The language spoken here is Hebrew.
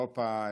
יפה.